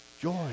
Joy